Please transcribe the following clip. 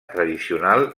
tradicional